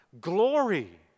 Glory